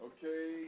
Okay